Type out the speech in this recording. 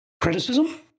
criticism